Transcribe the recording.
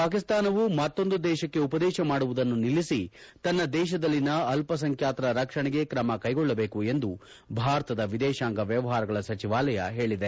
ಪಾಕಿಸ್ತಾನವು ಮತ್ತೊಂದು ದೇಶಕ್ಷೆ ಉಪದೇಶ ಮಾಡುವುದನ್ನು ನಿಲ್ಲಿಸಿ ತನ್ನ ದೇಶದಲ್ಲಿನ ಅಲ್ಪಸಂಖ್ಯಾತರ ರಕ್ಷಣೆಗೆ ತ್ರಮ ಕೈಗೊಳ್ಳಬೇಕು ಎಂದು ಭಾರತದ ವಿದೇತಾಂಗ ವ್ಯವಹಾರಗಳ ಸಚಿವಾಲಯ ಹೇಳಿದೆ